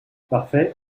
parfait